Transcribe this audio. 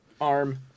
arm